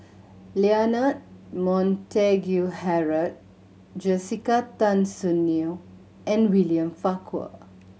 Leonard Montague Harrod Jessica Tan Soon Neo and William Farquhar